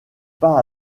pas